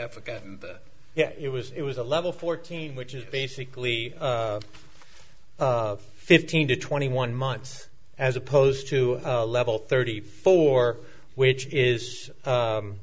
africa yeah it was it was a level fourteen which is basically fifteen to twenty one months as opposed to a level thirty four which is